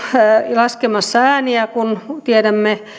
laskemassa ääniä kun tiedämme